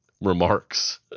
remarks